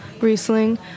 Riesling